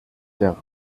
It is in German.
der